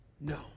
no